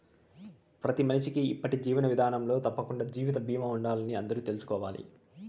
ప్రతి మనిషికీ ఇప్పటి జీవన విదానంలో తప్పకండా జీవిత బీమా ఉండాలని అందరూ తెల్సుకోవాలి